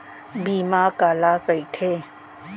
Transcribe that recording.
बीमा काला कइथे?